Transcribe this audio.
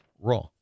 Raw